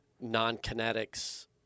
non-kinetics